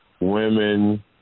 women